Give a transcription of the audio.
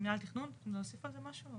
יש למינהל התכנון להוסיף על זה משהו?